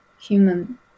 human